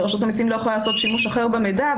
שרשות המסים לא יכולה לעשות שימוש אחר במידע.